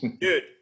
dude